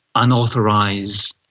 unauthorised,